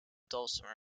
dulcimer